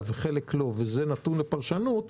כרגע מוצע לקבוע את ההוראות האלו בתוספת.